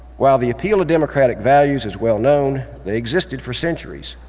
while the appeal of democratic values is well known, they existed for centuries.